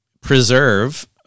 preserve